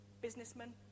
Businessmen